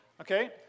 Okay